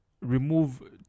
remove